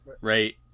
Right